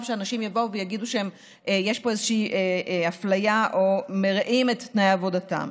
שאנשים יבואו ויגידו שיש פה איזו אפליה או מריעים את תנאי עבודתם.